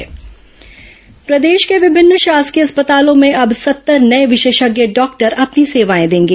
चिकित्सक नियुक्ति प्रदेश के विभिन्न शासकीय अस्पतालों में अब सत्तर नये विशेषज्ञ डॉक्टर अपनी सेवाएं देंगे